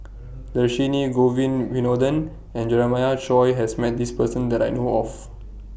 Dhershini Govin Winodan and Jeremiah Choy has Met This Person that I know of